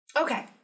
Okay